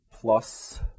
Plus